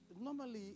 normally